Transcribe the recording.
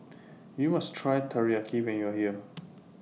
YOU must Try Teriyaki when YOU Are here